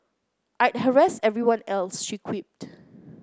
I'd harass everyone else she quipped